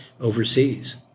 overseas